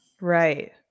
Right